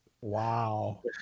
Wow